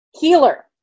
Healer